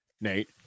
Nate